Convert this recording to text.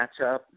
matchup